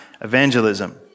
evangelism